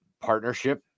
partnership